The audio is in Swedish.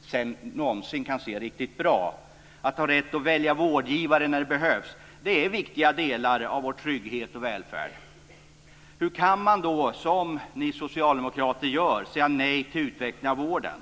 sedan inte någonsin kan se riktigt bra och att ha rätt att välja vårdgivare när det behövs - det är viktiga delar av vår trygghet och välfärd. Hur kan man då, som ni socialdemokrater gör, säga nej till utveckling av vården?